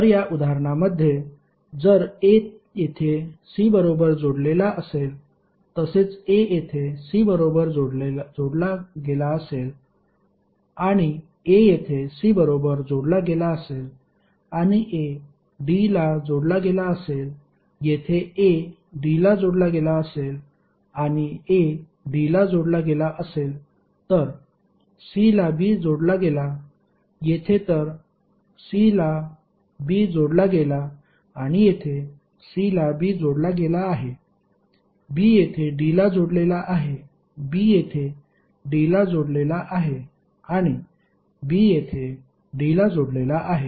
तर या उदाहरणामध्ये जर a येथे c बरोबर जोडलेला असेल तसेच a येथे c बरोबर जोडला गेला असेल आणि a येथे c बरोबर जोडला गेला असेल आणि a d ला जोडला गेला असेल येथे a d ला जोडला गेला असेल आणि a d ला जोडला गेला असेल तर c ला b जोडला गेला येथे तर c ला b जोडला गेला आणि येथे c ला b जोडला गेला आहे b येथे d ला जोडलेला आहे b येथे d ला जोडलेला आहे आणि b येथे d ला जोडलेला आहे